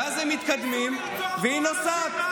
ואז הם מתקדמים, ניסו לרצוח פה אנשים.